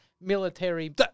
military